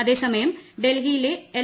അതേസമയം ഡൽഹിയിലെ എൽ